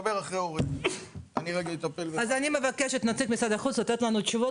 כי לצערי הרב אני לא רואה שם שהמצב הוא משתפר,